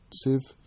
sieve